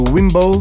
Wimbo